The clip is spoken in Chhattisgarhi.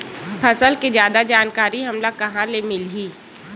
फसल के जादा जानकारी हमला कहां ले मिलही?